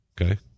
Okay